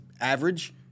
average